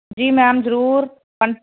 ਜੀ ਮੈਮ ਜਰੂਰ